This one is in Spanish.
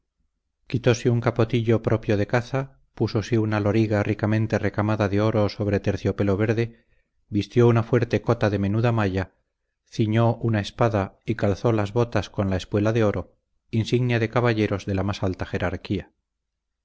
quitóse un capotillo propio de caza púsose una loriga ricamente recamada de oro sobre terciopelo verde vistió una fuerte cota de menuda malla ciñó una espada y calzó las botas con la espuela de oro insignia de caballeros de la más alta jerarquía